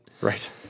Right